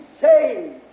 saved